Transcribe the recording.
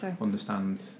understand